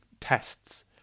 tests